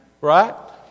right